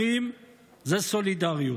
אחים זה סולידריות,